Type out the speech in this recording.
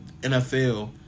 NFL